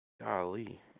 Golly